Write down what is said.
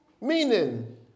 Meaning